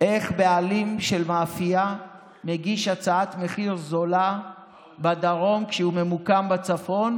איך בעלים של מאפייה מגיש הצעת מחיר זולה בדרום כשהוא ממוקם בצפון,